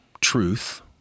truth